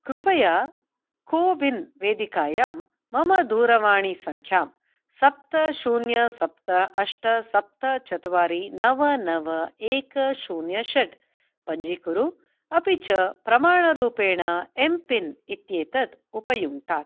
कृपया CoWIN वेदिकायां मम दूरवाणीसङ्ख्यां सप्त शून्य सप्त अष्ट सप्त चत्वारि नव नव एक शून्यं षट् पञ्जीकुरु अपि च प्रमाणरूपेण एम् पिन् इत्येतत् उपयुङ्क्तात्